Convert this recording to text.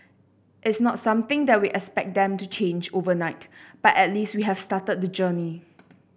it's not something that we expect them to change overnight but at least we have started the journey